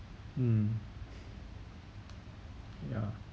mm ya